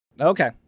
Okay